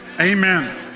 amen